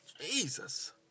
Jesus